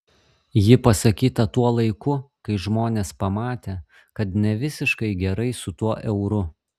ji pasakyta tuo laiku kai žmonės pamatė kad ne visiškai gerai su tuo euru